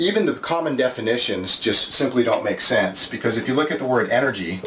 even the common definitions just simply don't make sense because if you look at more energy